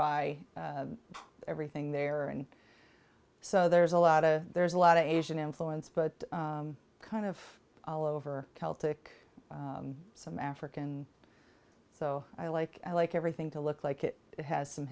by everything there and so there's a lot of there's a lot of asian influence but kind of all over celtic some african so i like i like everything to look like it has some